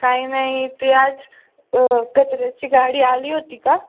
काही नाही ते आज कचऱ्याची गाडी आली होती का